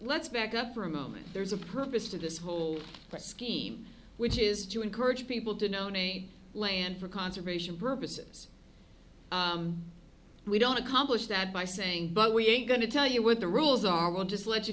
let's back up for a moment there's a purpose to this whole scheme which is to encourage people to noni land for conservation purposes we don't accomplish that by saying but we ain't going to tell you what the rules are will just let you